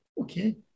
Okay